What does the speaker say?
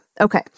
okay